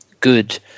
good